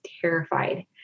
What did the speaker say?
terrified